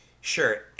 Sure